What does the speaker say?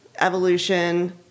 evolution